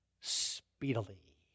speedily